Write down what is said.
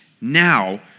now